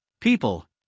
people